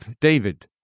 David